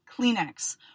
Kleenex